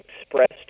expressed